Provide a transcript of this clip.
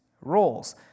roles